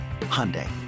Hyundai